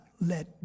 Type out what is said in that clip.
let